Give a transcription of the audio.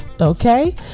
Okay